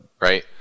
right